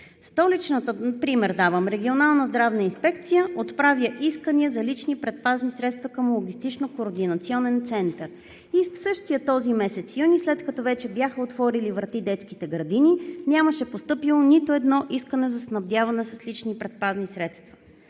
следното, пример давам – регионална здравна инспекция отправя искания за лични предпазни средства към логистично-координационен център. И в същия този месец юни, след като вече бяха отворили врати детските градини, нямаше постъпило нито едно искане за снабдяване с лични предпазни средства.